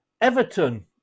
Everton